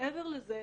מעבר לזה,